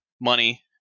money